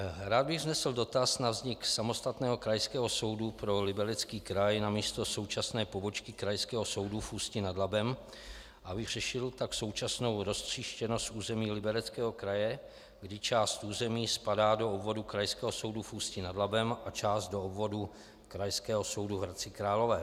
Rád bych vznesl dotaz na vznik samostatného Krajského soudu pro Liberecký kraj namísto současné pobočky Krajského soudu v Ústí nad Labem a vyřešil tak současnou roztříštěnost území Libereckého kraje, kdy část území spadá do obvodu Krajského soudu v Ústí nad Labem a část do obvodu Krajského soudu v Hradci Králové.